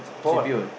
Paul